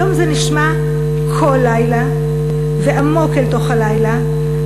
היום זה נשמע כל לילה ועמוק לתוך הלילה,